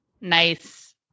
Nice